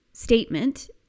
statement